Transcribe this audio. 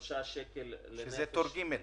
3 שקלים לנפש --- זה טור ג'.